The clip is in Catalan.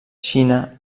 xina